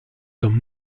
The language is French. comme